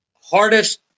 hardest